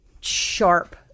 sharp